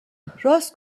راست